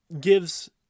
gives